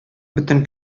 бөтен